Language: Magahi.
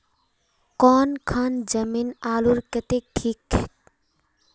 कौन खान जमीन आलूर केते ठिक?